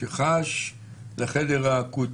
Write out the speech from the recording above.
שחש לחדר האקוטי,